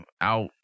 out